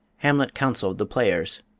hamlet counseled the players